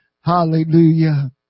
Hallelujah